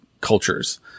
cultures